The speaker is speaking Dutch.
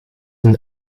een